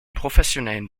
professionellen